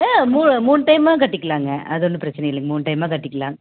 ஆ மூ மூணு டைம்மாக கட்டிக்கலாங்க அது ஒன்றும் பிரச்சனை இல்லிங்க மூணு டைம்மாக கட்டிக்கலாம்